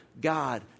God